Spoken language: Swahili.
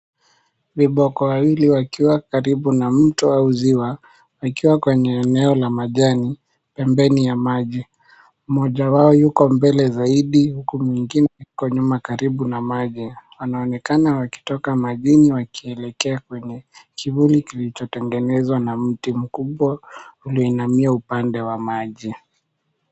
Viboko wawili wakiwa karibu na mto au ziwa wakiwa kwenye eneo la majani pembeni ya maji. Mmoja wao yuko mbele zaidi huku mwingine uko nyuma karibu na maji. Wanaonekana wakitoka majini wakielekea kwenye kivuli kilichotengenezwa na mti mkubwa ulioinamia upande wa maji.